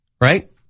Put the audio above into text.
Right